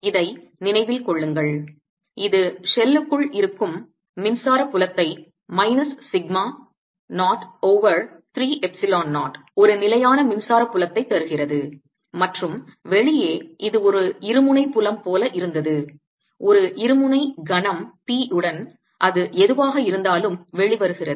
இதை நினைவில் கொள்ளுங்கள் இது ஷெல்லுக்குள் இருக்கும் மின்சார புலத்தை மைனஸ் சிக்மா 0 ஓவர் 3 எப்சிலன் 0 ஒரு நிலையான மின்சார புலத்தை தருகிறது மற்றும் வெளியே இது ஒரு இருமுனை புலம் போல இருந்தது ஒரு இருமுனை கணம் p உடன் அது எதுவாக இருந்தாலும் வெளிவருகிறது